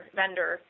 vendor